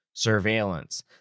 surveillance